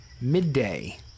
midday